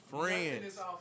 friends